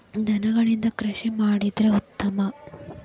ದನಗಳಿಂದ ಕೃಷಿ ಮಾಡಿದ್ರೆ ಉತ್ತಮ